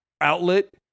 outlet